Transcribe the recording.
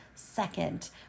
second